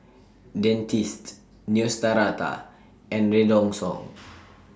Dentiste Neostrata and Redoxon